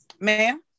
ma'am